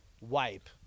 wipe